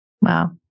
Wow